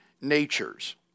natures